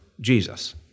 Jesus